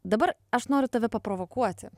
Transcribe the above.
dabar aš noriu tave paprovokuoti